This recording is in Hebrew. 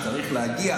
לאן שצריך להגיע.